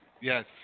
Yes